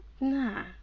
nah